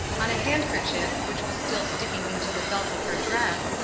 on a handkerchief which was still sticking into the belt of her dress,